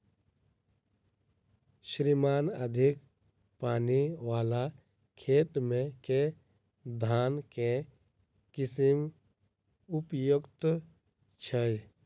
श्रीमान अधिक पानि वला खेत मे केँ धान केँ किसिम उपयुक्त छैय?